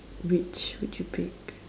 which would you pick